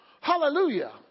Hallelujah